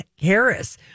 Harris